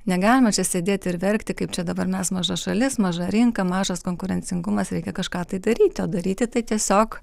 negalima čia sėdėti ir verkti kaip čia dabar mes maža šalis maža rinka mažas konkurencingumas reikia kažką tai daryti o daryti tai tiesiog